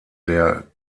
der